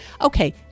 Okay